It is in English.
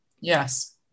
yes